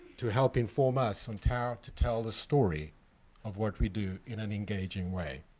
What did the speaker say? to help inform us on how to tell the story of what we do in an engaging way.